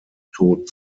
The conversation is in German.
tod